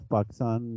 Pakistan